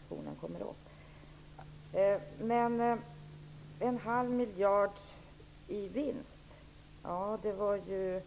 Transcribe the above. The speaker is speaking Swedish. Att det skulle bli en halv miljard i vinst var